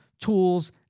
tools